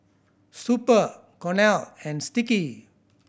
Super Cornell and Sticky